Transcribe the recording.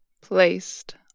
placed